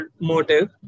motive